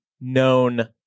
known